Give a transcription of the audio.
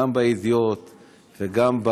גם בידיעות וגם,